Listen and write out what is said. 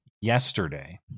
yesterday